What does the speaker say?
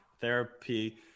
therapy